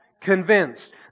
Convinced